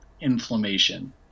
inflammation